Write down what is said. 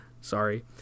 Sorry